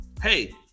Hey